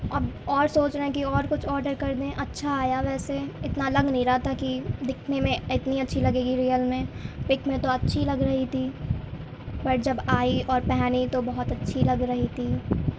اب اور سوچ رہے ہیں کہ اور کچھ آڈر کر دیں اچّھا آیا ویسے اتنا لگ نہیں رہا تھا کہ دکھنے میں اتنی اچّھی لگے گی ریئل میں پک میں تو اچّھی لگ رہی تھی پر جب آئی اور پہنی تو بہت اچّھی لگ رہی تھی